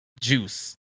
juice